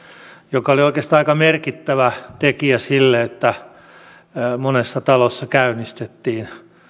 mikä oli oikeastaan aika merkittävä tekijä sille että monessa talossa käynnistettiin